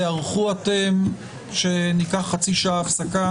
תיערכו אתם לכך שניקח חצי שעה הפסקה